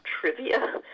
trivia